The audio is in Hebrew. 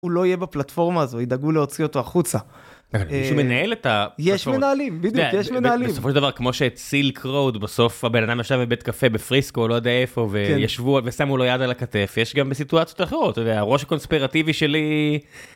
הוא לא יהיה בפלטפורמה הזו ידאגו להוציא אותו החוצה. מישהו מנהל את הפלטפורמה. יש מנהלים בדיוק יש מנהלים. בסופו של דבר כמו שהציל קרוד בסוף הבן אדם ישב בבית קפה בפריסקו או לא יודע איפה וישבו ושמו לו יד על הכתף יש גם בסיטואציות אחרות ,אתה יודע, ראש קונספרטיבי שלי.